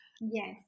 yes